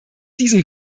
diesem